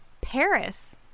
Paris